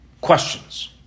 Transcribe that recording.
questions